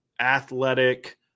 athletic